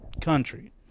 country